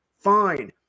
fine